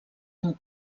amb